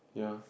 ya